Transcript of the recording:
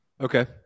Okay